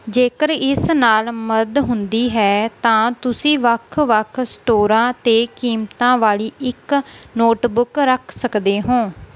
ਜੇਕਰ ਇਸ ਨਾਲ ਮਦਦ ਹੁੰਦੀ ਹੈ ਤਾਂ ਤੁਸੀਂ ਵੱਖ ਵੱਖ ਸਟੋਰਾਂ 'ਤੇ ਕੀਮਤਾਂ ਵਾਲੀ ਇੱਕ ਨੋਟਬੁੱਕ ਰੱਖ ਸਕਦੇ ਹੋ